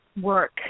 Work